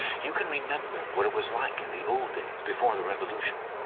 you can remember what it was like in the old days, before the revolution.